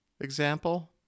example